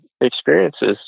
experiences